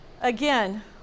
Again